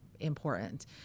important